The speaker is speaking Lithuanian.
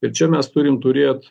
ir čia mes turim turėt